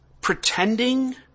pretending